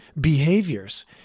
behaviors